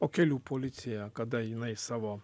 o kelių policija kada jinai savo